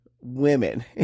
women